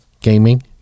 Gaming